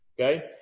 Okay